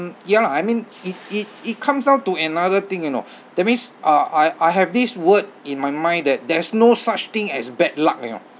yeah lah I mean it it it comes down to another thing you know that means uh I I have these word in my mind that there's no such thing as bad luck you know